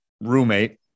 roommate